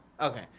okay